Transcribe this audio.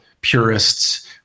purists